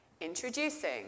introducing